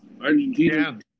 Argentina